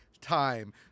time